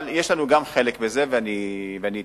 אבל גם לנו יש חלק בזה, ואני אתייחס.